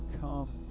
come